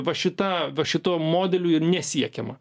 va šita va šituo modeliu ir nesiekiama